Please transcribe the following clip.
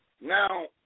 Now